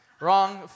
wrong